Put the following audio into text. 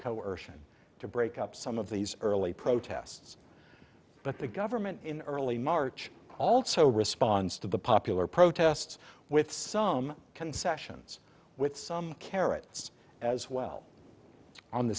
coercion to break up some of these early protests but the government in early march also response to the popular protests with some concessions with some carrots as well on the